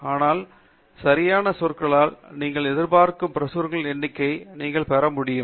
ஆனால் சரியான சொற்களானால் நீங்கள் எதிர்பார்க்கும் பிரசுரங்களின் எண்ணிக்கையை நீங்கள் பெற முடியும்